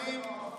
כולם מבלים,